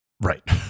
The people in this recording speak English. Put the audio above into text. right